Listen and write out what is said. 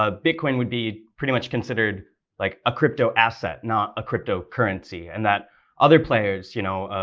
ah bitcoin would be pretty much considered like a crypto asset, not a cryptocurrency? and that other players, you know,